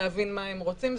להבין מה הם רוצים.